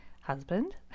husband